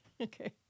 Okay